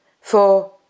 Four